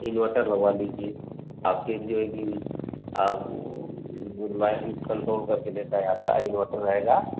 inverter लगवा लीजिए आपके जो है कि आप जो डिवाइसेस कंट्रोल करके देता है आपका इनवर्टर रहेगा